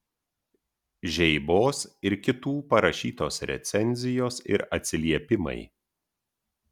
žeibos ir kitų parašytos recenzijos ir atsiliepimai